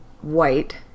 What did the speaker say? white